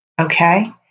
okay